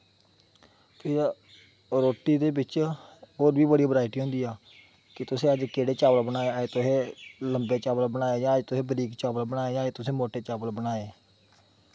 फिर रोटी दे बिच्च होर बी बड़ियां वराइटियां होंदिया कि तुसें अज्ज केह्ड़े चावल बनाए अज्ज तसुें लम्बे चावल बनाए दे जां अज्ज तुसें बरीक चाबल बनाए दे अज्ज तुसें मोटे चाबल बनाए